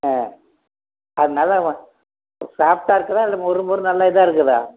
ஆ அது நல்லா வா சாஃப்ட்டாக இருக்குதா இல்லை மொறு மொறுன்னு நல்லா இதாக இருக்குமா